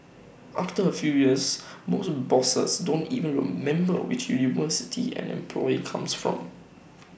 after A few years most bosses don't even remember which university an employee comes from